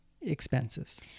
expenses